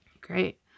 Great